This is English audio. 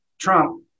Trump